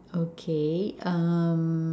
okay uh